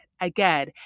Again